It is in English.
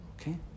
Okay